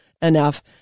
enough